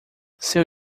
seu